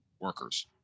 workers